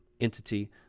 entity